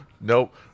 nope